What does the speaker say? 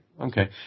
okay